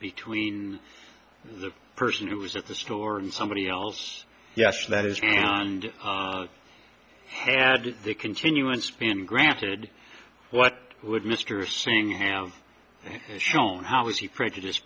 between the person who was at the store and somebody else yes that is and had the continuance been granted what would mr singer have shown how was he prejudice